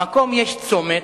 במקום יש צומת,